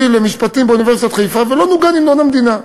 במשפטים באוניברסיטת חיפה ולא נוגן המנון המדינה,